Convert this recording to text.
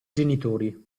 genitori